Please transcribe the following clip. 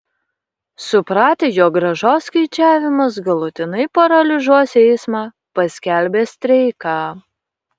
supratę jog grąžos skaičiavimas galutinai paralyžiuos eismą paskelbė streiką